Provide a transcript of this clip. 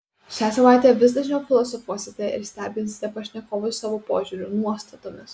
šią savaitę vis dažniau filosofuosite ir stebinsite pašnekovus savo požiūriu nuostatomis